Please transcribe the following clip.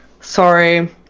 Sorry